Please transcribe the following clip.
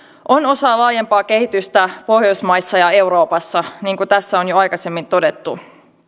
on osa laajempaa kehitystä pohjoismaissa ja euroopassa niin kuin tässä on jo aikaisemmin todettu